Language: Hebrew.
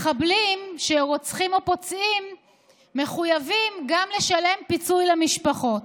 מחבלים שרוצחים או פוצעים מחויבים גם לשלם פיצוי למשפחות.